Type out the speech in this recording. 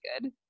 good